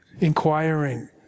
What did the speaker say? inquiring